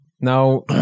Now